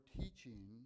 teaching